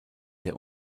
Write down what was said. der